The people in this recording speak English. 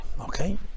Okay